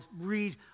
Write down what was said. read